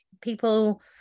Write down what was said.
people